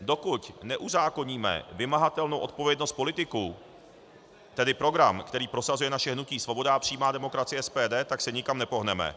Dokud neuzákoníme vymahatelnou odpovědnost politiků, tedy program, který prosazuje naše hnutí Svoboda a přímá demokracie, SPD, tak se nikam nepohneme.